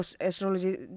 astrology